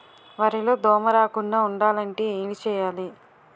వరిలో దోమ రాకుండ ఉండాలంటే ఏంటి చేయాలి?